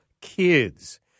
kids